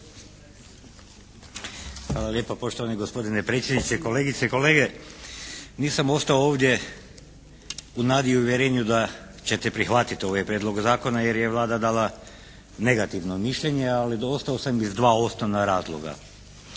Hvala lijepa poštovani gospodine predsjedniče. Kolegice i kolege nisam ostao ovdje u nadi i uvjerenju da ćete prihvatiti ovaj Prijedlog zakona jer je Vlada dala negativno mišljenje ali ostao sam iz dva osnovna razloga.